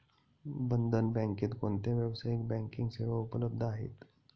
बंधन बँकेत कोणत्या व्यावसायिक बँकिंग सेवा उपलब्ध आहेत?